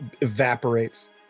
evaporates